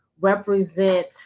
represent